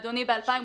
אדוני, ב-2017,